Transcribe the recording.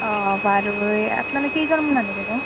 অঁ বাৰু এই আপ্নালোকে কেইজনমান মানুহ যাব